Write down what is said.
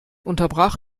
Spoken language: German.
unterbrach